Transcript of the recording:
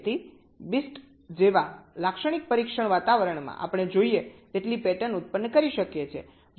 તેથી BIST જેવા લાક્ષણિક પરીક્ષણ વાતાવરણમાં આપણે જોઈએ તેટલી પેટર્ન ઉત્પન્ન કરી શકીએ છીએ